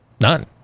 none